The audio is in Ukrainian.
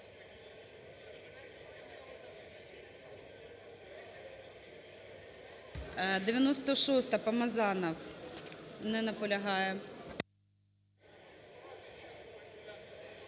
96-а. Помазанов. Не наполягає.